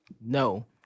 No